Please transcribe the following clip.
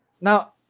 now